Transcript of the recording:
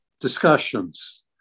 discussions